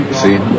see